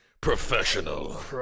professional